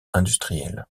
industriel